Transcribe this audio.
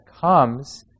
comes